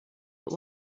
but